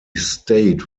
stayed